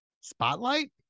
Spotlight